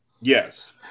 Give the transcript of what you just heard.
yes